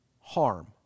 harm